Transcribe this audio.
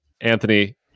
Anthony